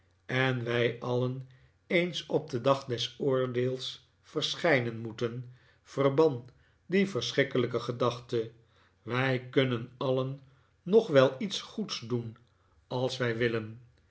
en wij alien eens op den dag des oordeels verschijnen moeten verban die verschrikkelijke gedachte wij kunnen alien nog wel iets goeds doen als wij willen